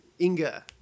Inga